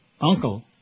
Uncle